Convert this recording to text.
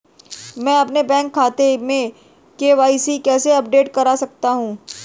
मैं अपने बैंक खाते में के.वाई.सी कैसे अपडेट कर सकता हूँ?